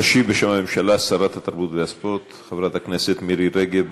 תשיב בשם הממשלה שרת התרבות והספורט מירי רגב.